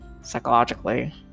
psychologically